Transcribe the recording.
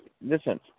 Listen